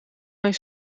mijn